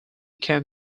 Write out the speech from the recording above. can